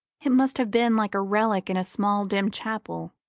it must have been like a relic in a small dim chapel,